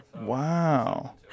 Wow